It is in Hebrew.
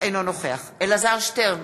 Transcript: אינו נוכח אלעזר שטרן,